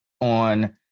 on